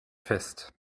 fest